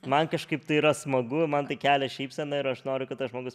man kažkaip tai yra smagu man tai kelia šypseną ir aš noriu kad tas žmogus